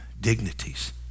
dignities